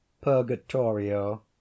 Purgatorio